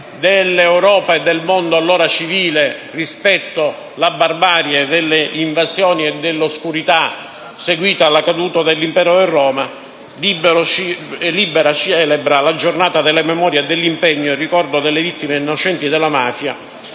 dell'Europa e del mondo allora civile rispetto alla barbarie delle invasioni e dell'oscurità seguita alla caduta dell'impero romano, Libera celebri la giornata della memoria e dell'impegno, il ricordo delle vittime innocenti della mafia.